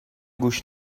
گوش